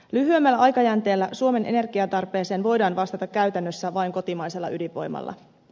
lyhyemmällä aikajänteellä suomen energiantarpeeseen voidaan vastata käytännössä vain kotimaisella ydinvoimalla